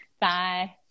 Bye